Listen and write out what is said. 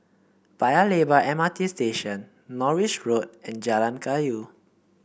Paya Lebar M R T Station Norris Road and Jalan Kayu